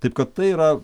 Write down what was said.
taip kad tai yra